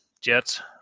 Jets